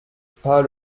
pas